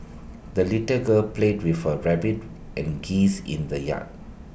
the little girl played with her rabbit and geese in the yard